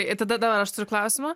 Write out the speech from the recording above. ir tada dar aš turiu klausimą